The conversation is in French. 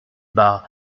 bas